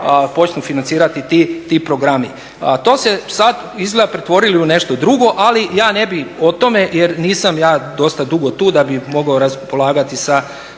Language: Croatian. počnu financirati ti programi. To ste sada izgleda pretvorili u nešto drugo, ali ja ne bih o tome jer nisam ja dosta dugo tu da bih mogao raspolagati sa